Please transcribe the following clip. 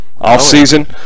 off-season